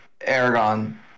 Aragon